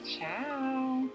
ciao